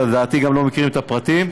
ולדעתי גם לא מכירים את הפרטים.